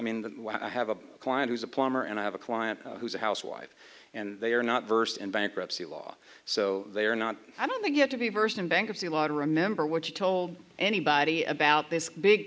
mean i have a client who's a plumber and i have a client who's a housewife and they are not versed in bankruptcy law so they are not i don't think you have to be versed in bankruptcy law to remember what you told anybody about this big